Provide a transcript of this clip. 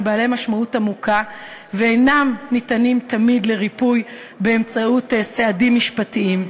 בעלי משמעות עמוקה ואינם ניתנים תמיד לריפוי באמצעות סעדים משפטיים.